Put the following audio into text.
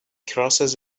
crosses